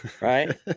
right